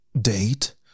date